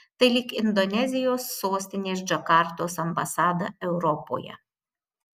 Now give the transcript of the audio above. tai lyg indonezijos sostinės džakartos ambasada europoje